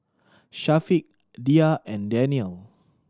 Syafiq Dhia and Daniel